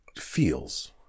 feels